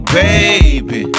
baby